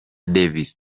davis